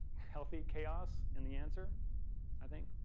healthy chaos in the answer i think.